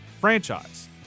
franchise